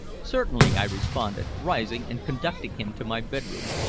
certainly, i responded, rising and conducting him to my bedroom,